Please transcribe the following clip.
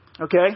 Okay